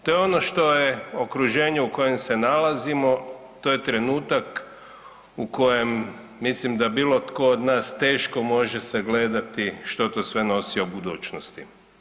To je ono što je okruženje u kojem se nalazimo, to je trenutak u kojem mislim da bilo tko od nas teško može sagledati što to sve nosi u budućnosti.